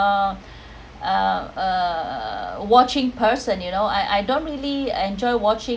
err watching person you know I I don't really enjoy watching